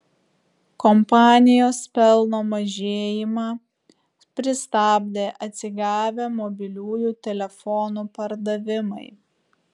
kompanijos pelno mažėjimą pristabdė atsigavę mobiliųjų telefonų pardavimai